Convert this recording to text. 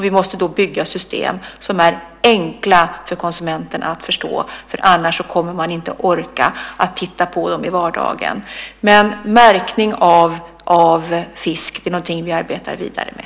Vi måste då bygga system som är enkla för konsumenterna att förstå, för annars kommer man inte att orka följa dem i vardagen. Men märkning av fisk är något som vi arbetar vidare med.